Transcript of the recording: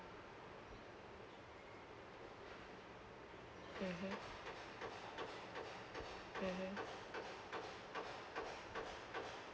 mmhmm mmhmm